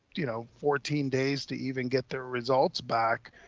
you know, fourteen days to even get their results back.